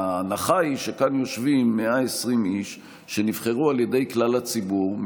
ההנחה היא שכאן יושבים 120 איש שנבחרו על ידי כלל הציבור,